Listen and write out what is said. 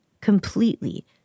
completely